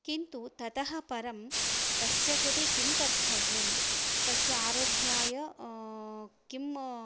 किन्तु ततः परं तस्य कृते किं कर्थव्यं तस्य आरोग्याय किम्